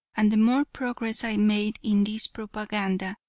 and the more progress i made in this propaganda,